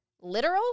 literal